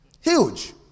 Huge